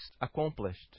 accomplished